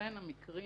שאכן המקרים